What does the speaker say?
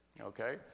Okay